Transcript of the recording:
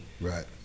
Right